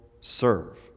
serve